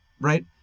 right